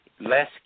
less